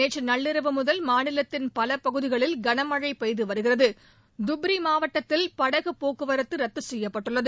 நேற்று நள்ளிரவு முதல் மாநிலத்தின் பல பகுதிகளில் கனமழை பெய்து வருகிறது தூப்ரி மாவட்டத்தில் படகு போக்குவரத்து ரத்து செய்யப்பட்டுள்ளது